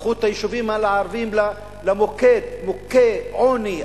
הפכו את היישובים הערביים למוקד מוכה עוני,